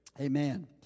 Amen